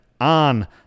on